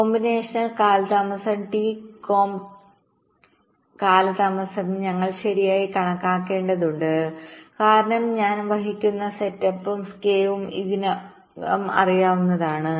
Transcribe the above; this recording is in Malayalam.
കോമ്പിനേഷണൽ കാലതാമസം ടി കോംബ് കാലതാമസംഞങ്ങൾ ശരിയായി കണക്കാക്കേണ്ടതുണ്ട് കാരണം ഞാൻ വഹിക്കുന്ന സെറ്റപ്പും സ്കേവും ഇതിനകം അറിയാവുന്നതാണ്